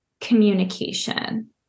communication